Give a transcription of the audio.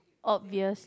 obvious